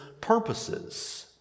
purposes